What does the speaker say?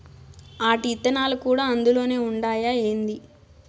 ఆటి ఇత్తనాలు కూడా అందులోనే ఉండాయా ఏంది